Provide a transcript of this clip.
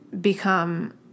become